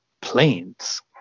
plains